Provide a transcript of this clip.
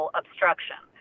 obstruction